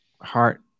heart